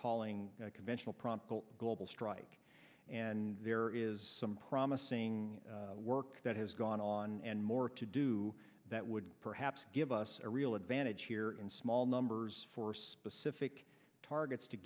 calling conventional prompt global strike and there is some promising work that has gone on and more to do that would perhaps give us a real advantage here in small numbers for specific targets to